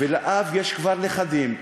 ולאב יש כבר נכדים,